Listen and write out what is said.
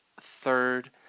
Third